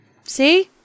See